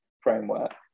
framework